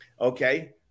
Okay